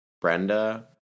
Brenda